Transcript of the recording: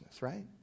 right